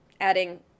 Adding